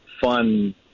fun